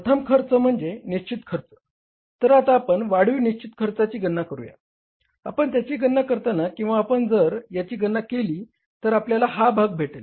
प्रथम खर्च म्हणजे निश्चित खर्च तर आता आपण वाढीव निश्चित खर्चाची गणना करूया आपण त्याची गणना करताना किंवा आपण जर याची गणना केली तर आपल्याला हा भाग भेटेल